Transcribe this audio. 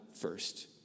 first